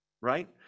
right